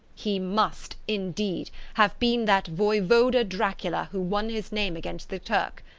he must, indeed, have been that voivode dracula who won his name against the turk,